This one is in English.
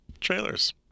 trailers